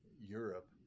Europe